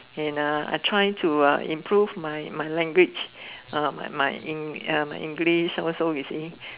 and uh I try to uh improve my my language uh my my English also you see